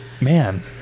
Man